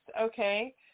Okay